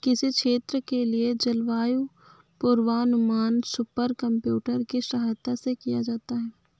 किसी क्षेत्र के लिए जलवायु पूर्वानुमान सुपर कंप्यूटर की सहायता से किया जाता है